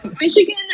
Michigan